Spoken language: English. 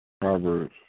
Proverbs